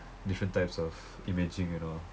different types of imaging and all